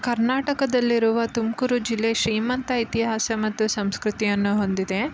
ಕರ್ನಾಟಕದಲ್ಲಿರುವ ತುಮಕೂರು ಜಿಲ್ಲೆ ಶ್ರೀಮಂತ ಇತಿಹಾಸ ಮತ್ತು ಸಂಸ್ಕೃತಿಯನ್ನು ಹೊಂದಿದೆ